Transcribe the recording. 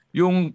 yung